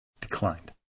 declined